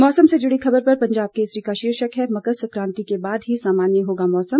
मौसम से जुड़ी खबर पर पंजाब केसरी का शीर्षक है मकर संकाति के बाद ही सामान्य होगा मौसम